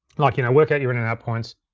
like you know work out your in and out points,